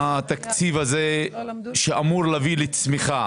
התקציב הזה שאמור להביא לצמיחה